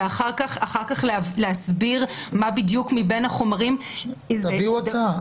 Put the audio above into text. ואחר כך להסביר מה בדיוק מבין החומרים --- תביאו הצעה.